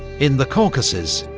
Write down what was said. in the caucasus,